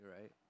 Right